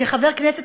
כחבר כנסת,